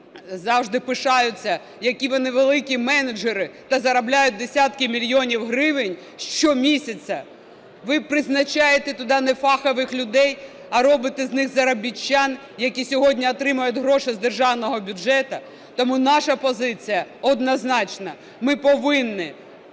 завжди пишаються, які вони великі менеджери та заробляють десятки мільйонів гривень щомісяця. Ви призначаєте туди нефахових людей, а робити з них заробітчан, які сьогодні отримують гроші з державного бюджету. Тому наша позиція однозначна – ми повинні